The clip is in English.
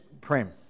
prem